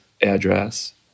address